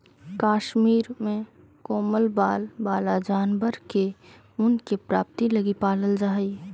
कश्मीर में कोमल बाल वाला जानवर के ऊन के प्राप्ति लगी पालल जा हइ